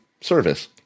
service